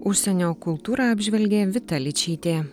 užsienio kultūrą apžvelgė vita ličytė